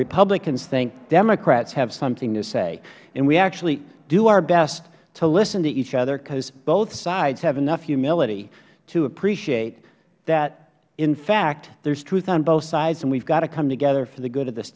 republicans think democrats have something to say and we actually do our best to listen to each other because both sides have enough humility to appreciate that in fact there is truth on both sides and we have to come together for the good of th